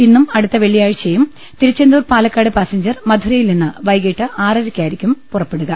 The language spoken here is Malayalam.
ഇന്നും അടുത്ത വെള്ളിയാഴ്ചയും തിരുച്ചെന്തൂർ പാലക്കാട് പാസഞ്ചർ മധുരയിൽ നിന്ന് വൈകീട്ട് ആറര യ്ക്കായിരിക്കും പുറപ്പെടുക